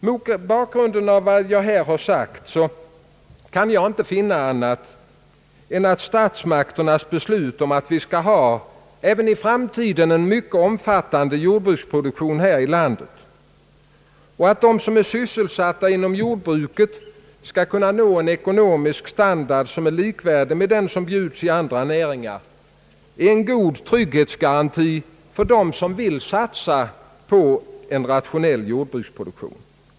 Mot bakgrunden av vad jag här har sagt kan jag inte finna annat än att statsmakternas beslut om att vi även i framtiden skall ha en mycket omfattande jordbruksproduktion här i landet och att de som är sysselsatta inom jordbruket skall kunna nå en ekonomisk standard, som är likvärdig med den som bjudes i andra näringar, är en god trygghetsgaranti för dem som vill satsa på en rationell jordbruksproduktion.